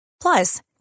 Plus